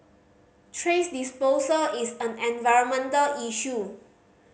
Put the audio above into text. disposal is an environmental issue